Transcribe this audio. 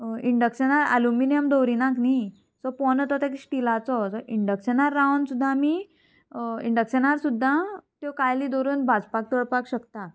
इंडक्शनार aluminium दवरिनाक न्ही सो पोंदो तो ताका स्टिलाचो सो इंडक्शनार रावन सुद्दां आमी इंडक्शनार सुद्दां त्यो कायली दवरून भाजपाक तळपाक शकता